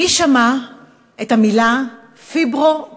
מי שמע את המילה פיברומיאלגיה?